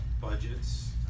budgets